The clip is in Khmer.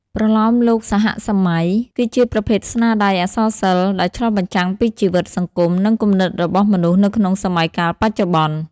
ប្រលោមលោកសហសម័យ គឺជាប្រភេទស្នាដៃអក្សរសិល្ប៍ដែលឆ្លុះបញ្ចាំងពីជីវិត សង្គម និងគំនិតរបស់មនុស្សនៅក្នុងសម័យកាលបច្ចុប្បន្ន។